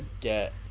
get